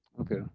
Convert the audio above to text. okay